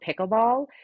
pickleball